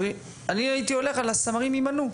אני הייתי הולך על השרים ימנו,